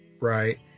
right